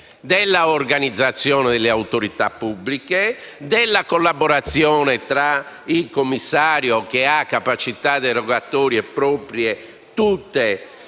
dell'organizzazione delle autorità pubbliche, della collaborazione tra il Commissario - che ha capacità derogatorie proprie tutte